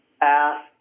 ask